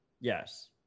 Yes